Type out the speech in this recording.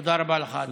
תודה רבה לך, אדוני.